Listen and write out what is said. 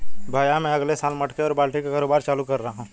भैया मैं अगले साल मटके और बाल्टी का कारोबार चालू कर रहा हूं